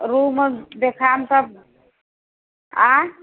room देखायब तब ना आँय